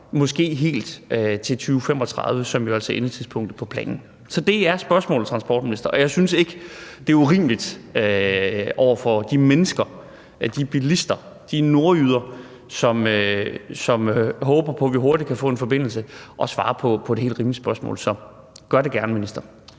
måske helt til 2035, som jo altså er endetidspunktet for planen. Så det er spørgsmålet, transportminister, og jeg synes ikke, det er urimeligt over for de mennesker, de bilister, de nordjyder, som håber på, at vi hurtigt kan få en forbindelse, at svare på et helt rimeligt spørgsmål. Så gør det gerne, minister.